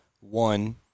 one